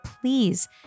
please